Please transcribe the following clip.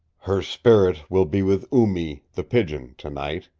her spirit will be with oo-mee, the pigeon, tonight,